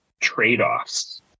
trade-offs